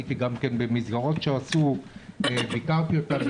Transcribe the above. הייתי גם במסגרות שעשו והכרתי אותם.